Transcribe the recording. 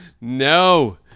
No